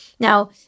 Now